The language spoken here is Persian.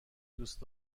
دوست